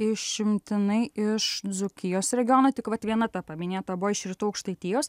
išimtinai iš dzūkijos regiono tik vat viena ta paminėta buvo iš rytų aukštaitijos